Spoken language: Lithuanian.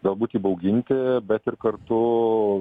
galbūt įbauginti bet ir kartu